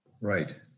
Right